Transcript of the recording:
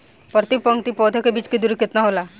प्रति पंक्ति पौधे के बीच की दूरी केतना होला?